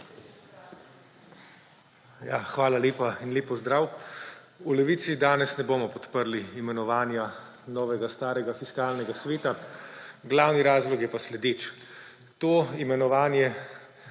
Hvala lepa in lep pozdrav. V Levici danes ne bomo podprli imenovanja novega starega Fiskalnega sveta. Glavni razlog je naslednji. Tega imenovanja